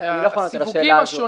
בהתאם למצב החוקי,